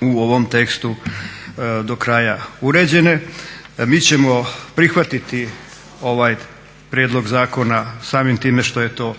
u ovom tekstu do kraja uređene. Mi ćemo prihvatiti ovaj prijedlog zakona samim time što je to